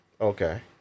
Okay